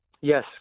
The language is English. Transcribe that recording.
Yes